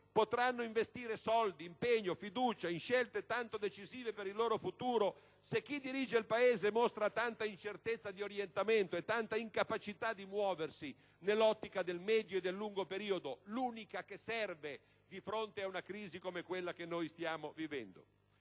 potranno investire soldi, impegno e fiducia in scelte tanto decisive per il loro futuro, se chi dirige il Paese mostra tanta incertezza di orientamento e tanta incapacità di muoversi nell'ottica del medio e del lungo periodo (l'unica che serve di fronte ad una crisi come quella che noi stiamo vivendo)?